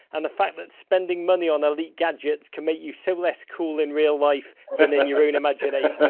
and the fact that spending money on elite gadgets can make you so less cool in real life than in your own imagination?